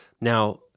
Now